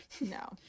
no